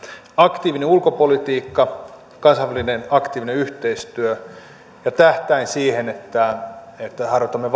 aktiivinen ulkopolitiikka kansainvälinen aktiivinen yhteistyö ja tähtäin siihen että että harjoitamme